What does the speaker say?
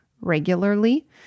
regularly